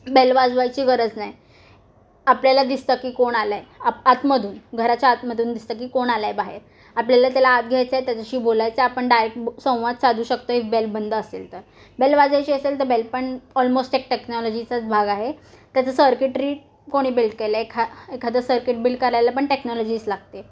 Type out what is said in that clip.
bell वाजवायची गरज नाही आपल्याला दिसतं की कोण आलं आहे आप आतमधून घराच्या आतमधून दिसतं की कोण आलं आहे बाहेर आपल्याला त्याला आत घ्यायचं आहे त्याच्याशी बोलायचं आपण डायरेक्ट संवाद साधू शकतो एक बेल बंद असेल तर बेल वाजायची असेल तर बेल पण ऑलमोस्ट एक टेक्नॉलॉजीचाच भाग आहे त्याचा सर्किट रिट कोणी बिल्ड केलं आहे एखा एखादं सर्किट बिल्ड करायला पण टेक्नॉलॉजीच लागते